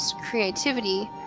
creativity